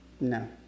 No